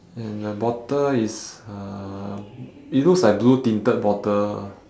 and the bottle is uh it looks like blue tinted bottle